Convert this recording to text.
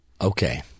Okay